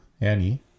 Annie